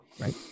Right